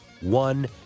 One